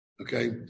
okay